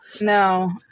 No